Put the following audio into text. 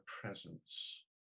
presence